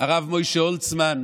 הרב משה הולצמן,